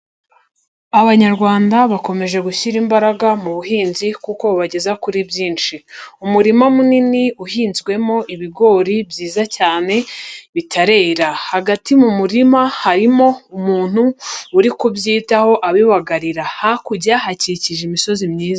Abanyarwanda bakomeje gushyira imbaraga mu buhinzi kuko bubageza kuri byinshi, umurima munini uhinzwemo ibigori byiza cyane bitarera, hagati mu murima harimo umuntu uri kubyitaho abibagarira, hakurya hakikije imisozi myiza.